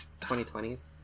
2020s